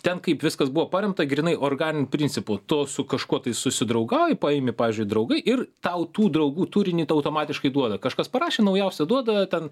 ten kaip viskas buvo paremta grynai organiniu principu tu su kažkuo tai susidraugauji paimi pavyzdžiui draugai ir tau tų draugų turinį tau automatiškai duoda kažkas parašė naujausią duoda ten